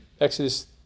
Exodus